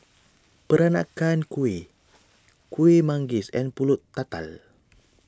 Peranakan Kueh Kuih Manggis and Pulut Tatal